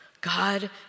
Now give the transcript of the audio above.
God